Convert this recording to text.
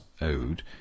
ode